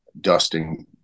dusting